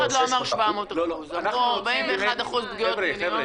אחד לא אמר 700%. אנחנו 41% פגיעות מיניות --- אנחנו